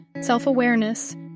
self-awareness